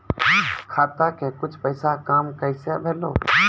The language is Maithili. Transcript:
खाता के कुछ पैसा काम कैसा भेलौ?